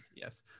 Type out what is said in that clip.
Yes